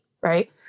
right